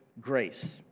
grace